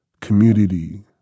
community